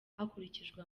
hakurikijwe